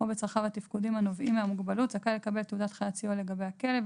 בצרכיו התפקודיים הנובעים מהמוגבלות זכאי לקבל תעודת חיית סיוע לגבי הכלב,